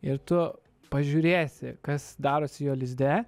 ir tu pažiūrėsi kas darosi jo lizde